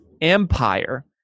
empire